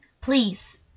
Please